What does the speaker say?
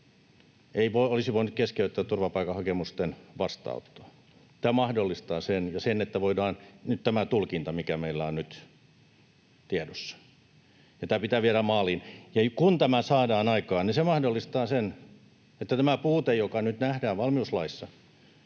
Ei olisi voinut keskeyttää turvapaikanhakemusten vastaanottoa. Tämä tulkinta, mikä meillä on nyt tiedossa, mahdollistaa sen, ja tämä pitää viedä maaliin, ja kun tämä saadaan aikaan, niin se mahdollistaa sen, että tämä puute, joka nyt nähdään valmiuslaissa,